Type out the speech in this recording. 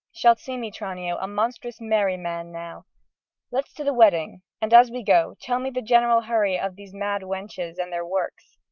shalt see me tranio a monstrous merry man now let's to the wedding, and as we go, tell me the general hurry of these mad wenches and their works.